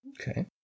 Okay